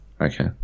Okay